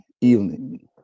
evening